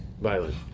violent